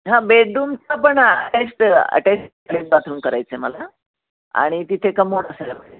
हा बेडरूमचं पण अटेस्ट अटेच बाथरूम करायचं आहे मला आणि तिथे कमोड असायला पाहिजे